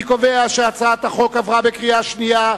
אני קובע שהצעת החוק התקבלה בקריאה שנייה.